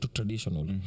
traditional